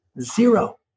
Zero